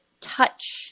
touch